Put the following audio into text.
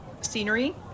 scenery